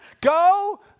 Go